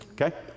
Okay